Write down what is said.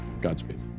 Godspeed